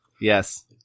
Yes